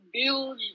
build